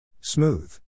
Smooth